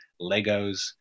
Legos